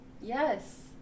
Yes